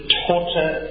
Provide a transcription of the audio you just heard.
torture